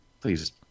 please